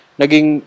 naging